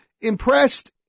impressed